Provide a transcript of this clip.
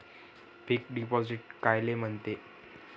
Fix deposit कायले म्हनते?